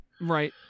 Right